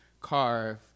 carve